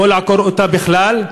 או לעקור אותה בכלל,